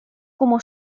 como